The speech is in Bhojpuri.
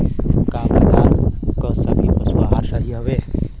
का बाजार क सभी पशु आहार सही हवें?